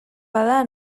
bada